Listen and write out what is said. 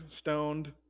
stoned